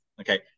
Okay